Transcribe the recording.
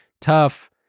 tough